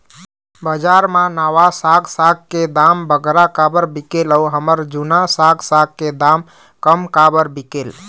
बजार मा नावा साग साग के दाम बगरा काबर बिकेल अऊ हमर जूना साग साग के दाम कम काबर बिकेल?